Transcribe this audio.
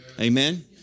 Amen